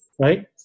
right